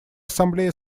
ассамблея